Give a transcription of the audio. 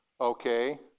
Okay